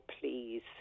please